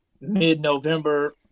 mid-November